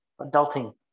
adulting